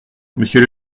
monsieur